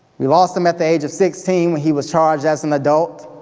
we lost him at the age of sixteen when he was charged as an adult,